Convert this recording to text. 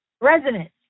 residents